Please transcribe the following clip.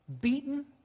beaten